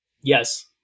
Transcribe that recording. Yes